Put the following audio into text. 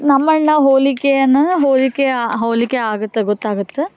ನಮ್ಮ ಅಣ್ಣ ಹೋಲಿಕೆಯನ್ನು ಹೋಲಿಕೆ ಹೋಲಿಕೆ ಆಗುತ್ತೆ ಗೊತ್ತಾಗುತ್ತೆ